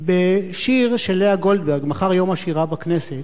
בשיר של לאה גולדברג, מחר יום השירה בכנסת.